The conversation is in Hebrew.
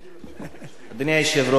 האסלאמי?